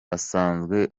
asanzwe